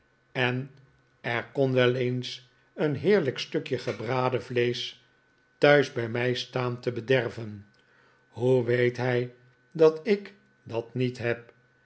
en er kon wel eens een heerlijk stukje gebraden vleesch thuis bij mij staan te bederven hoe weet hij dat ik dat niet heb